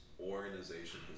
Organization